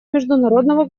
международного